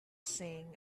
sing